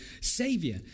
savior